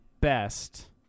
best